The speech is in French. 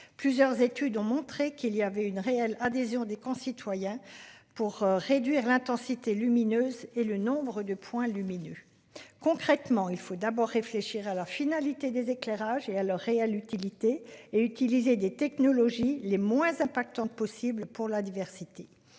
plusieurs études ont montré qu'il y avait une réelle adhésion des concitoyens. Pour réduire l'intensité lumineuse et le nombre de points lumineux. Concrètement, il faut d'abord réfléchir à la finalité des éclairages et à leur réelle utilité et utiliser des technologies les moins impactante possible pour la diversité.